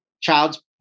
child's